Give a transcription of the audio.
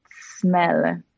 smell